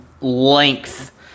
length